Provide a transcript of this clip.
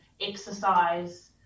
exercise